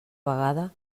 vegada